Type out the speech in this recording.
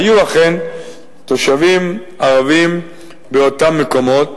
היו אכן תושבים ערבים באותם מקומות.